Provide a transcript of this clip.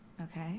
Okay